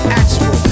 actual